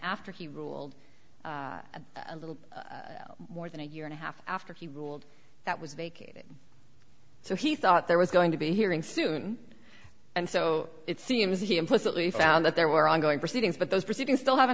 after he ruled a a little more than a year and a half after he ruled that was vacated so he thought there was going to be a hearing soon and so it seems he implicitly found that there were ongoing proceedings but those proceedings still haven't